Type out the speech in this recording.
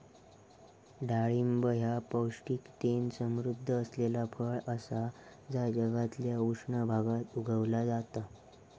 डाळिंब ह्या पौष्टिकतेन समृध्द असलेला फळ असा जा जगातल्या उष्ण भागात उगवला जाता